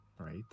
right